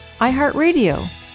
iHeartRadio